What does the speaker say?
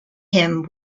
him